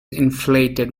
inflated